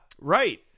Right